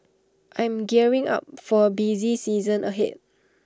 I am gearing up for A busy season ahead